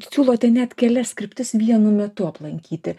siūlote net kelias kryptis vienu metu aplankyti